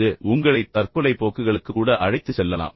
அது உங்களை தற்கொலைப் போக்குகளுக்கு கூட அழைத்துச் செல்லலாம்